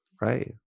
Right